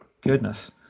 Goodness